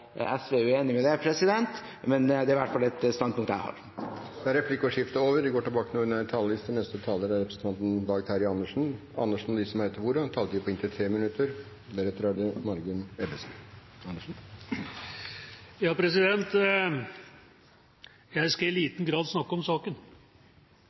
SV er uenig i det, men det er i hvert fall et standpunkt jeg har. Replikkordskiftet er dermed over. De talere som heretter får ordet, har en taletid på inntil 3 minutter. Jeg skal i